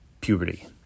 puberty